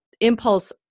impulse